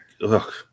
look